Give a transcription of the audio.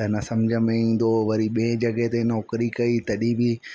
त न सम्झ में ईंदो हुओ वरी ॿिए जॻह ते नौकिरी कई त न सम्झ में ईंदो हुओ वरी ॿिए जॻह ते नौकिरी कई तॾहिं बि